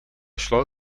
šlo